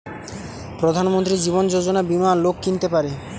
প্রধান মন্ত্রী জীবন যোজনা বীমা লোক কিনতে পারে